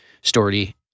story